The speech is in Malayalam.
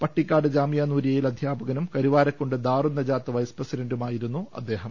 പട്ടിക്കാട് ജാമിഅ നൂരിയയിൽ അധ്യാപകനും കരുവാരക്കുണ്ട് ദാറുന്നജാത്ത് വൈസ്പ്രസിഡന്റുമായിരുന്നു അദ്ദേഹം